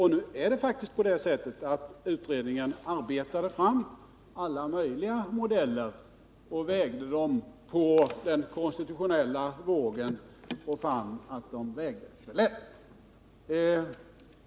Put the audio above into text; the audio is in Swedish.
Nu är det faktiskt så att utredningen arbetade fram alla möjliga modeller, vägde dem på den konstitutionella vågen och fann att de vägde för lätt.